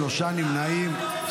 שלושה נמנעים,